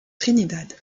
trinidad